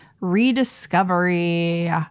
rediscovery